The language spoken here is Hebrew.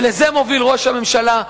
ולזה מוביל ראש הממשלה,